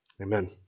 Amen